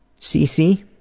cc,